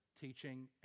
teaching